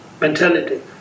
mentality